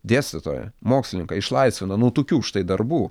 dėstytoją mokslininką išlaisvina nuo tokių štai darbų